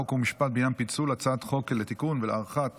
חוק ומשפט בעניין פיצול הצעת חוק לתיקון ולהארכת